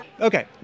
Okay